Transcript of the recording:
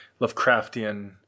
Lovecraftian